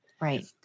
Right